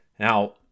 Now